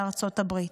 לארצות הברית.